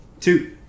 Two